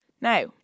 Now